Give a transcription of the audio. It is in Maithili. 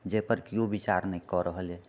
जेहिपर केओ विचार नहि कऽ रहल अइ